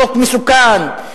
חוק מסוכן.